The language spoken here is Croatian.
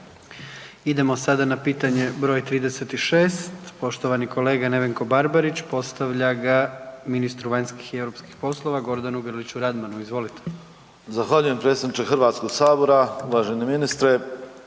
Idemo sada na pitanje broj 36, poštovani kolega Nevenko Barbarić postavlja ga ministru vanjskih i europskih poslova Gordanu grliću Radmanu, izvolite. **Barbarić, Nevenko (HDZ)** Zahvaljujem predsjedniče Hrvatskog sabora, uvaženi ministre.